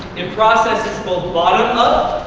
it processes both bottom up,